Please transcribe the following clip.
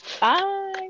Bye